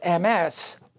MS